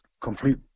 complete